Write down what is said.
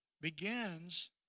begins